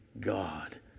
God